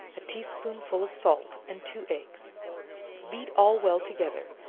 a tea-spoonful of salt and two eggs beat all well together,